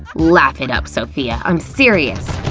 laugh it up, sophia. i'm serious!